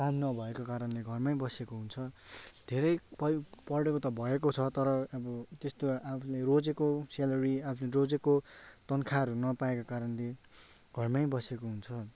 काम नभएको कारणले घरमै बसेको हुन्छ धेरै पयु पढेको त भएको छ तर अब त्यस्तो आफूले रोजेको स्यालेरी आफूले रोजेको तनखाहरू नपाएको कारणले घरमै बसेको हुन्छ